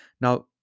Now